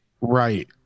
Right